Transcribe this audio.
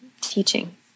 teaching